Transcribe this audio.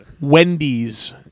Wendy's